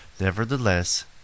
Nevertheless